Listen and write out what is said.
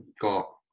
got